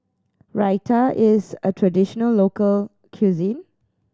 Raita is a traditional local cuisine